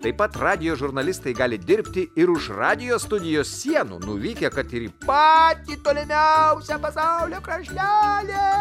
taip pat radijo žurnalistai gali dirbti ir už radijo studijos sienų nuvykę kad ir į patį tolimiausią pasaulio kraštelį